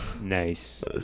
Nice